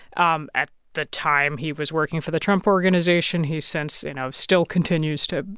um at the time, he was working for the trump organization. he's since, you know, still continues to,